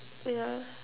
yeah